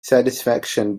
satisfaction